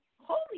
Holy